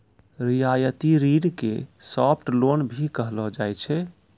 रियायती ऋण के सॉफ्ट लोन भी कहलो जाय छै